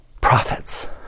Prophets